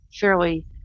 fairly